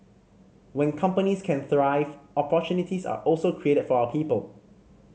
when companies can thrive opportunities are also created for our people